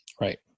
right